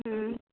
हम्म